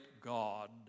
God